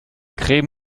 creme